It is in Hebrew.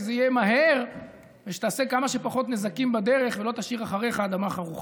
שזה יהיה מהר ושתעשה כמה שפחות נזקים בדרך ולא תשאיר אחריך אדמה חרוכה.